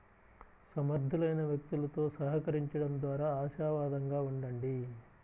సమర్థులైన వ్యక్తులతో సహకరించండం ద్వారా ఆశావాదంగా ఉండండి